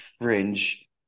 fringe